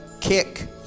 kick